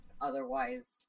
otherwise